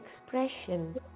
expression